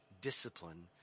discipline